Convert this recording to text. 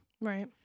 Right